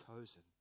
chosen